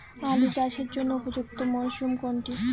আলু চাষের জন্য উপযুক্ত মরশুম কোনটি?